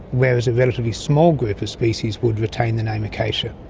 whereas a relatively small group of species would retain the name acacia.